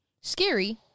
Scary